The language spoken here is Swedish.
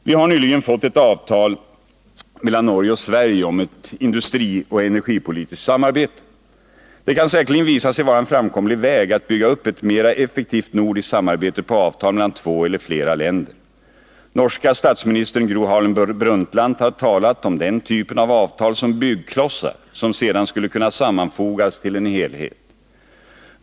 Vi har nyligen fått ett avtal mellan Norge och Sverige om ett industrioch energipolitiskt samarbete. Det kan säkerligen visa sig vara en framkomlig väg att bygga upp ett mera effektivt nordiskt samarbete på avtal mellan två eller flera länder. Norska statsministern Gro Harlem Brundtland har talat om den typen av avtal som byggklossar, som sedan skulle kunna samman | fogas till en helhet.